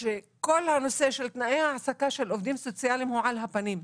שכל הנושא של תנאי העסקה של עובדים סוציאליים הוא על הפנים.